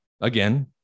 Again